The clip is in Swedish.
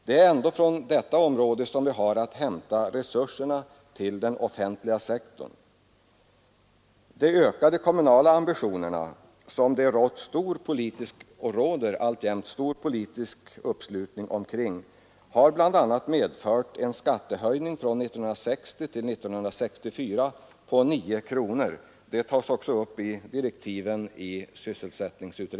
Det är ändå från detta område som vi har att hämta resurserna till den offentliga sektorn. De ökade kommunala ambitionerna, som det har rått och alltjämt råder stor politisk uppslutning kring, har bl.a. medfört en skattehöjning på 9 kronor från år 1960 till 1974.